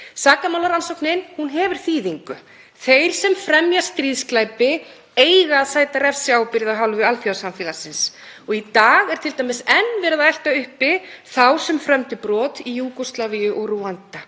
Sakamálarannsóknin hefur þýðingu. Þeir sem fremja stríðsglæpi eiga að sæta refsiábyrgð af hálfu alþjóðasamfélagsins og í dag er t.d. enn verið að elta uppi þá sem frömdu brot í Júgóslavíu og Rúanda